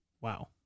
Wow